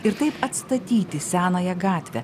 ir taip atstatyti senąją gatvę